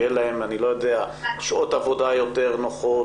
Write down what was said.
יהיו להם שעות עבודה יותר נוחות,